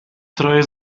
troje